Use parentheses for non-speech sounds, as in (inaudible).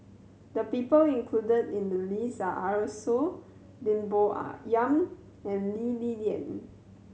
the people included in the list are Arasu Lim Bo (unintelligible) Yam and Lee Li Lian